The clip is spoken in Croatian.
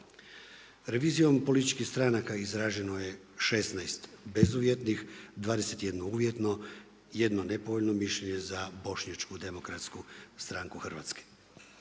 Revizijom političkih stranaka izraženo je 16 bezuvjetnih, 21 uvjetno, jedno nepovoljno mišljenje za bošnjačku demokratsku stranku Hrvatske.